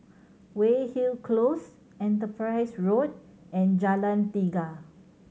Weyhill Close Enterprise Road and Jalan Tiga